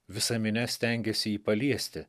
visa minia stengėsi jį paliesti